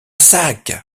sac